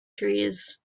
trees